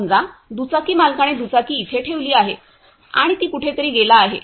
समजा दुचाकी मालकाने दुचाकी इथे ठेवली आहे आणि ती कुठेतरी गेला आहे